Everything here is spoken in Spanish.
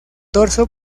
dorso